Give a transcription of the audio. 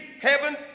heaven